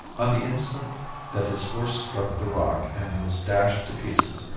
on the instant that his horse struck the rock and was dashed to pieces,